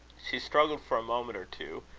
she struggled for a moment or two,